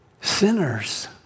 sinners